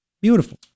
Beautiful